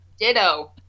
Ditto